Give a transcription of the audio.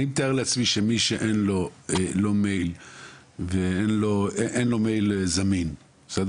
אני מתאר לעצמי שמי שאין לו מייל זמין לא